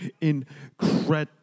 incredible